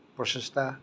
প্ৰচেষ্টা